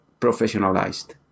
professionalized